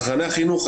צרכני החינוך,